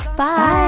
Bye